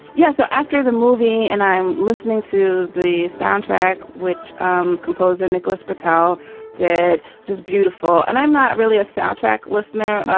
yeah. so after the movie and i'm listening to the soundtrack. which um composer nicolas patel did. just beautiful. and i'm not really a soundtrack listener.